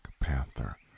panther